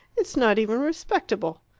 it's not even respectable!